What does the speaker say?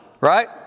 right